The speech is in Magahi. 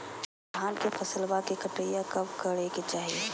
धान के फसलवा के कटाईया कब करे के चाही?